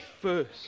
first